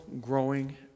growing